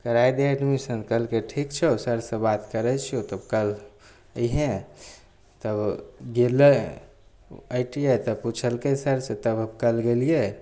कराय दे एडमिशन कहलकय ठीक छौ सरसँ बात करय छियौ तब काल्हि अइहे तब गेलय आइ टी आइ तब पुछलकय सरसँ तब काल्हि गेलियै